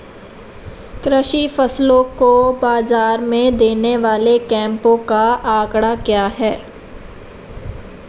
कृषि फसलों को बाज़ार में देने वाले कैंपों का आंकड़ा क्या है?